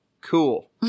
Cool